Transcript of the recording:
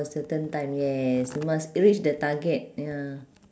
certain time yes you must reach the target ya